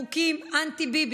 חוקים אנטי-ביבי,